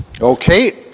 Okay